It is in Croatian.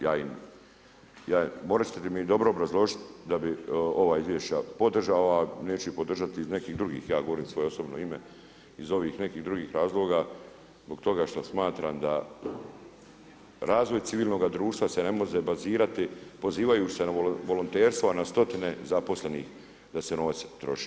Ja im, morati ćete mi dobro obrazložiti, da bi ova izvješća podržavao, a neću ih podržati iz nekih drugih, ja govorim u svoje osobno ime, iz ovih nekih drugih razloga, zbog toga što smatram da razvoj civilnoga društva se ne može bazirati pozivajući se na volonterstvo na stotine zaposlenih da se novac troši.